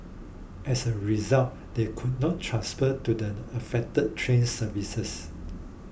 as a result they could not transfer to the affected train services